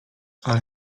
ale